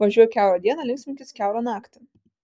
važiuok kiaurą dieną linksminkis kiaurą naktį